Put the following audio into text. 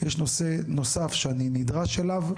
יש נושא נוסף שאני נדרש אליו,